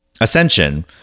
Ascension